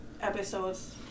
Episodes